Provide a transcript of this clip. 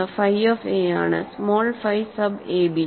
ഇതു phi of a ആണ് small phi sub ab